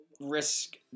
risk